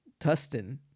Tustin